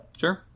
Sure